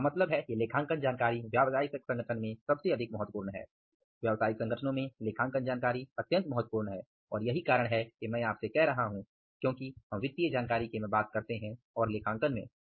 तो इसका मतलब है कि लेखांकन जानकारी व्यावसायिक संगठन में सबसे अधिक महत्वपूर्ण है और यही कारण है कि मैं कह रहा हूं क्योंकि हम वित्तीय जानकारी के बारे में बात करते हैं और लेखांकन में